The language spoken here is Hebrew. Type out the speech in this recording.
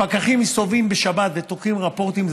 הפקחים מסתובבים בשבת ותוקעים רפורטים,